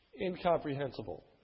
incomprehensible